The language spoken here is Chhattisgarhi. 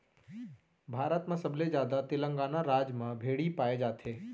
भारत म सबले जादा तेलंगाना राज म भेड़ी पाए जाथे